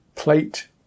plate